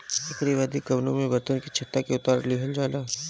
एकरी बाद कवनो बर्तन में छत्ता के उतार लिहल जाला